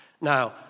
Now